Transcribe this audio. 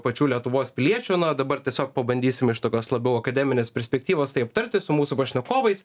pačių lietuvos piliečių na dabar tiesiog pabandysim iš tokios labiau akademinės perspektyvos tai aptarti su mūsų pašnekovais